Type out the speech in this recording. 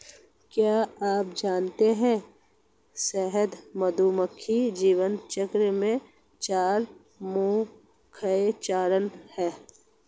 क्या आप जानते है शहद मधुमक्खी जीवन चक्र में चार मुख्य चरण है?